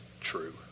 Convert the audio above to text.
true